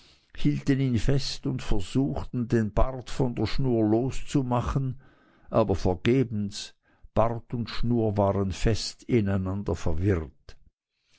hielten ihn fest und versuchten den bart von der schnur loszumachen aber vergebens bart und schnur waren fest ineinander verwirrt